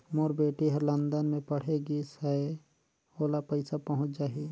मोर बेटी हर लंदन मे पढ़े गिस हय, ओला पइसा पहुंच जाहि?